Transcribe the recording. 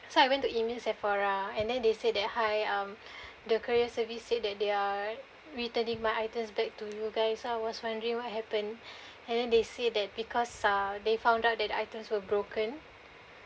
so I went to emails Sephora and then they say that hi um the courier service said that they are returning my items back to you guys so I was wondering what happened and then they say that because uh they found out that items were broken